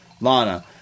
lana